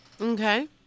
Okay